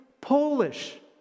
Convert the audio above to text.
Polish